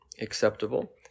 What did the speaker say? acceptable